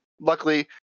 luckily